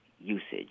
usage